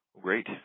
Great